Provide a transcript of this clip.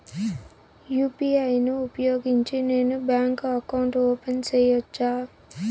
UPI ను ఉపయోగించి నేను బ్యాంకు అకౌంట్ ఓపెన్ సేయొచ్చా?